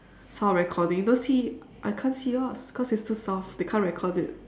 sound recording don't see I can't see yours cause it's too soft they can't record it